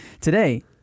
Today